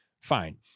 Fine